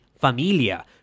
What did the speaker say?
familia